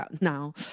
now